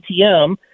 ATM